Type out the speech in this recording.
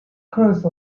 course